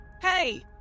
Hey